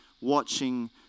watching